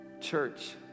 Church